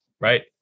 Right